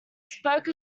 spoke